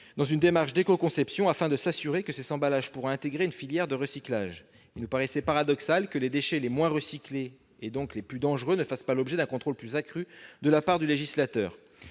une démarche d'éco-conception, afin de s'assurer que ces emballages pourront intégrer une filière de recyclage. Il nous paraît paradoxal que les déchets les moins recyclés, donc les plus dangereux, ne fassent pas l'objet d'un contrôle accru du législateur.